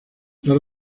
las